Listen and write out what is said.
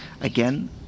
again